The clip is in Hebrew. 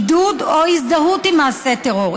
לעידודו או להזדהות עם מעשה טרור,